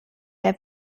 der